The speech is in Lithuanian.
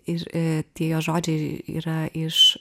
ir tie jo žodžiai yra iš